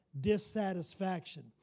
dissatisfaction